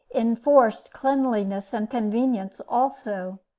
enforced cleanliness and convenience also.